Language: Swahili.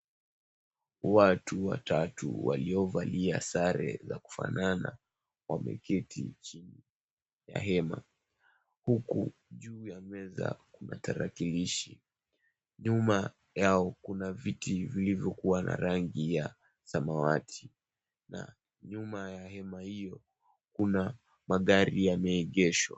Watu watatu waliovalia sare za kufanana wameketi chini ya hema, huku juu ya meza kuna tarakilishi, nyuma yao kuna viti vilivyokuwa na rangi ya samawati na nyuma ya hema hiyo kuna magari yameegeshwa.